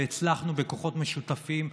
והצלחנו בכוחות משותפים,